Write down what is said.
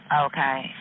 Okay